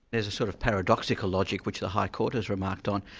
there's a sort of paradoxical logic which the high court has remarked on.